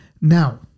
Now